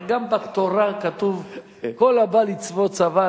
הרי גם בתורה כתוב: "כל הבא לצבֹא צבא,